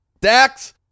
Dax